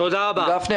גפני,